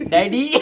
Daddy